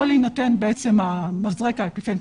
יכול להינתן מזרק האפיפן,